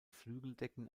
flügeldecken